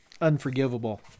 unforgivable